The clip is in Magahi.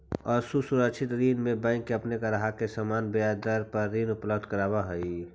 असुरक्षित ऋण में बैंक अपन ग्राहक के सामान्य ब्याज दर पर ऋण उपलब्ध करावऽ हइ